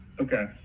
Okay